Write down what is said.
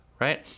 right